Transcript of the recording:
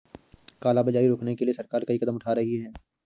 काला बाजारी रोकने के लिए सरकार कई कदम उठा रही है